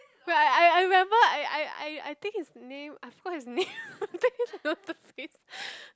wait I I remember I I I I think his name I forgot his name can remember the face